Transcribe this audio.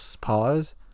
pause